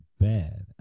bad